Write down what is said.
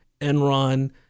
Enron